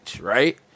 right